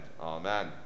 Amen